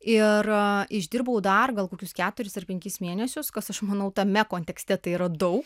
ir išdirbau dar gal kokius keturis ar penkis mėnesius kas aš manau tame kontekste tai yra daug